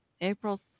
April